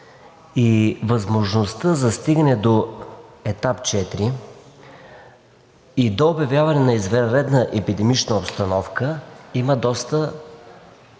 и възможността за стигане до етап 4 и до обявяване на извънредна епидемична обстановка има доста